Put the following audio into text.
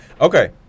Okay